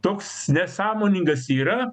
toks nesąmoningas yra